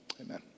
Amen